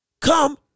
come